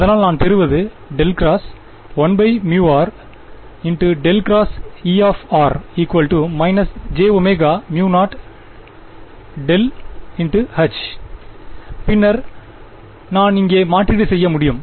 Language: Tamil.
அதனால் நான் பெறுவது ∇×1μr ∇×E jω0∇H பின்னர் நான் இங்கே மாற்றீடு செய்ய முடியும்